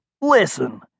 Listen